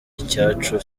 icyacu